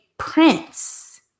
prince